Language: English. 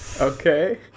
Okay